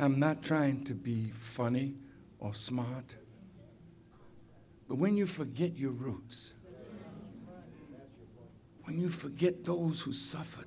i'm not trying to be funny or smart but when you forget your groups you forget those who suffer